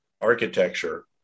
architecture